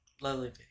Lovely